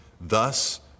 Thus